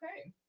Okay